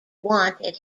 wanted